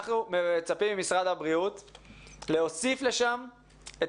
אנחנו מצפים ממשרד הבריאות להוסיף לשם את